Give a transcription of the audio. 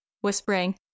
whispering